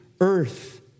earth